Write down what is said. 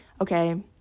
Okay